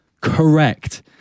Correct